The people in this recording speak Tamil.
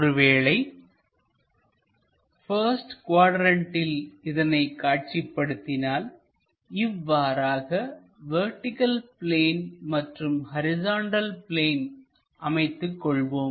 ஒருவேளை பஸ்ட் குவாட்ரண்ட்டில் இதனை காட்சிப்படுத்தினால் இவ்வாறாக வெர்டிகள் பிளேன் மற்றும் ஹரிசாண்டல் பிளேன் அமைத்துக் கொள்வோம்